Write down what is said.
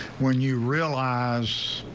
when. you realize